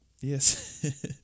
Yes